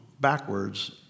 backwards